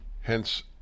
Hence